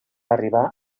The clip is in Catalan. arribar